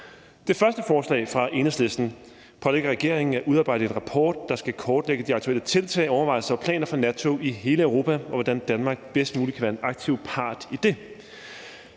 Det første forslag fra Enhedslisten pålægger regeringen at udarbejde en rapport, der skal kortlægge de aktuelle tiltag, overvejelser og planer for nattog i hele Europa, og hvordan Danmark bedst muligt kan være en aktiv part i det.